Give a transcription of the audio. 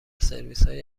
سرویسهای